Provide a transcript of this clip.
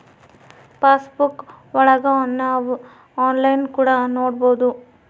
pass ಬುಕ್ಕಾ ಒಳಗ ನಾವ್ ಆನ್ಲೈನ್ ಕೂಡ ನೊಡ್ಬೋದು